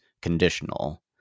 conditional